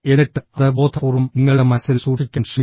എന്നിട്ട് അത് ബോധപൂർവ്വം നിങ്ങളുടെ മനസ്സിൽ സൂക്ഷിക്കാൻ ശ്രമിക്കുക